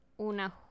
una